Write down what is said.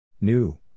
New